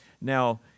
Now